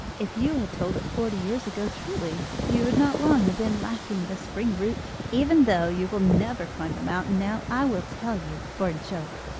if you had told it forty years ago truly you would not long have been lacking the spring-root. even though you will never climb the mountain now, i will tell you, for a joke,